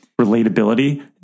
relatability